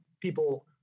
people